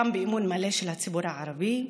גם באמון מלא של הציבור הערבי,